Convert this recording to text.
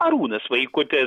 arūnas vaikutis